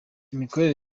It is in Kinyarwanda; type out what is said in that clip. imikorere